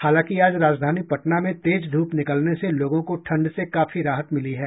हालांकि आज राजधानी पटना में तेज ध्रप निकलने से लोगों को ठंड से काफी राहत मिली है